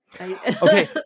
Okay